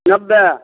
नब्बे